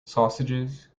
sausages